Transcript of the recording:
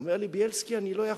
הוא אומר לי: בילסקי, אני לא יכול.